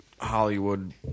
Hollywood